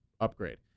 upgrade